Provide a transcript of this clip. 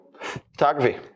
photography